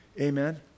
Amen